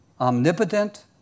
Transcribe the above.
omnipotent